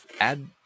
add